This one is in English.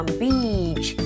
beach